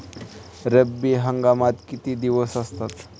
रब्बी हंगामात किती दिवस असतात?